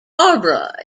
barbara